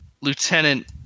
Lieutenant